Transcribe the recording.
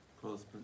Close